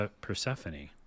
Persephone